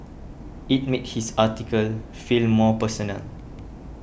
it made his article feel more personal